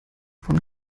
von